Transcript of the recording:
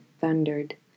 thundered